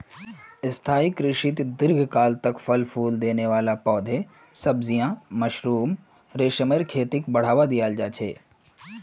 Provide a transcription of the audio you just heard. स्थाई कृषित दीर्घकाल तक फल फूल देने वाला पौधे, सब्जियां, मशरूम, रेशमेर खेतीक बढ़ावा दियाल जा छे